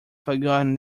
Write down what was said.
forgotten